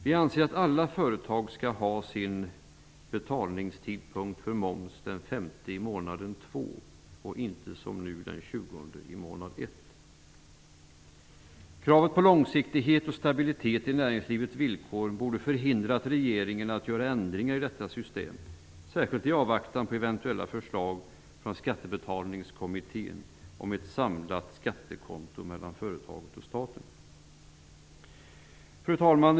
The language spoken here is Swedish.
Vi anser att alla företag skall ha sin betalningstidpunkt för moms den femte i månad två och inte, som nu, den tjugonde i månad ett. Kravet på långsiktighet och stabilitet i näringslivets villkor borde ha hindrat regeringen från att göra ändringar i detta system, särskilt i avvaktan på eventuella förslag från Skattebetalningskommittén om ett samlat skattekonto mellan företaget och staten. Fru talman!